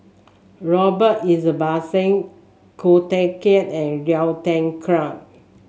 Robert Ibbetson Ko Teck Kin and Liu Thai Ker